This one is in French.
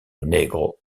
negro